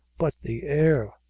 but the air,